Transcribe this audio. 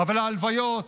אבל ההלוויות,